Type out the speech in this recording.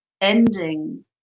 ending